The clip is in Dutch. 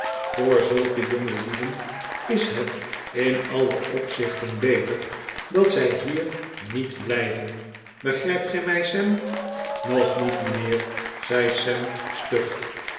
voor zulke jongelieden is het in alle opzichten beter dat zij hier niet blijven begrijpt gij mij sam nog niet mijnheer zei sam stug